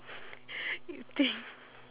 you think